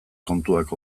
kontuak